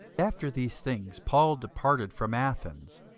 after these things paul departed from athens,